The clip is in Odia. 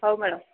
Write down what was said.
ହଉ ମ୍ୟାଡ଼ାମ୍